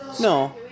no